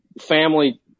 family